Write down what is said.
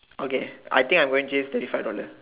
okay I think I'm going change thirty five dollar